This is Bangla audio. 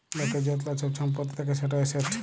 লকের য্তলা ছব ছম্পত্তি থ্যাকে সেট এসেট